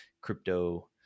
crypto